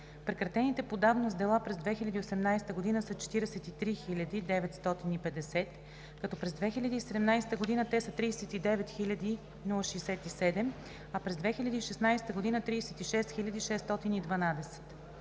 Прекратените по давност дела през 2018 г. са 43 950, като през 2017 г. те са 39 067, а през 2016 г. – 36 612.